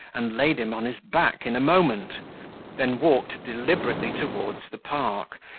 and laid him on his back in a moment then walked deliberately towards the park,